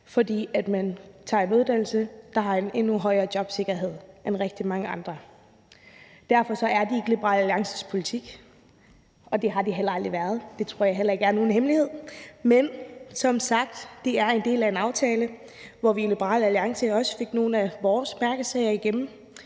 fordi man tager en uddannelse, der giver en endnu højere jobsikkerhed end for rigtig mange andre. Derfor er det ikke Liberal Alliances politik, og det har det heller aldrig været. Det tror jeg heller ikke er nogen hemmelighed, men som sagt er det en del af en aftale, hvor vi i Liberal Alliance også fik nogle af vores mærkesager igennem.